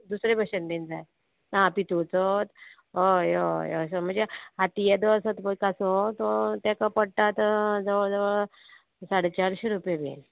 दुसरे भशेन बीन जाय आं पितूचोत हय हय हय आसा म्हणजे हाती येदो आसता पळय कासो तो ताका पडटा जवळ जवळ साडे चारशे रुपया बीन